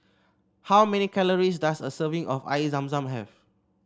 how many calories does a serving of Air Zam Zam have